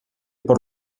por